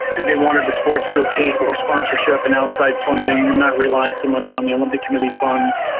they wanted the sports to obtain more sponsorship and outside funding and not rely so much on the olympic committee funds.